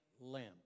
lamp